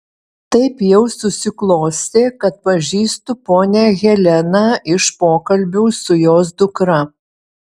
taip jau susiklostė kad pažįstu ponią heleną iš pokalbių su jos dukra